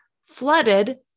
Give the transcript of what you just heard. flooded